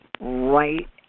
right